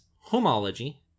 homology